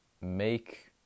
make